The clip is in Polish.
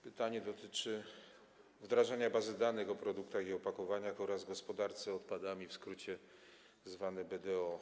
Pytanie dotyczy wdrażania bazy danych o produktach i opakowaniach oraz o gospodarce odpadami, w skrócie zwanej BDO.